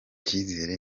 icyizere